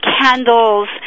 candles